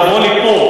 לבוא לפה